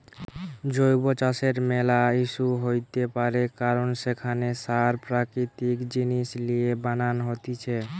জৈব চাষের ম্যালা ইস্যু হইতে পারে কারণ সেখানে সার প্রাকৃতিক জিনিস লিয়ে বানান হতিছে